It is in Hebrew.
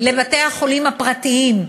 לבתי-החולים הפרטיים,